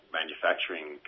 manufacturing